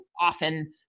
often